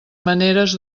maneres